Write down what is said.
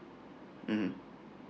mmhmm